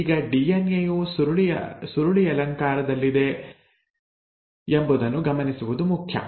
ಈಗ ಡಿಎನ್ಎ ಯು ಸುರುಳಿಯಲಂಕಾರದಲ್ಲಿದೆ ಎಂಬುದನ್ನು ಗಮನಿಸುವುದು ಮುಖ್ಯ